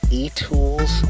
eTools